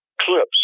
clips